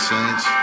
Saints